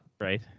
Right